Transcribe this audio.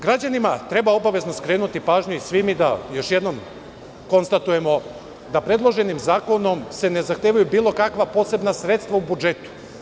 Građanima treba obavezno skrenuti pažnju i svi mi da još jednom konstatujemo da predloženim zakonom se ne zahtevaju bilo kakva posebna sredstava u budžetu.